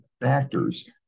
factors